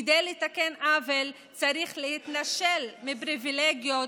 כדי לתקן עוול צריך להתנשל מפריבילגיות